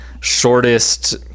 shortest